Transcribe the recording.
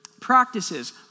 practices